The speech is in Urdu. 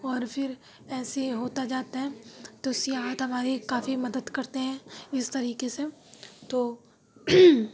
اور پھر ایسے یہ ہوتا جاتا ہے تو سیاحت ہماری کافی مدد کرتے ہیں اِس طریقے سے تو